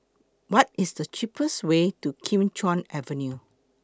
What IS The cheapest Way to Kim Chuan Avenue